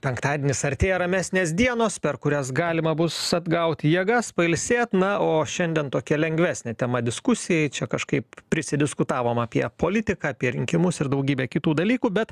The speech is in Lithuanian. penktadienis artėja ramesnės dienos per kurias galima bus atgauti jėgas pailsėt na o šiandien tokia lengvesnė tema diskusijai čia kažkaip prisidiskutavom apie politiką apie rinkimus ir daugybę kitų dalykų bet